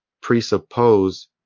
presuppose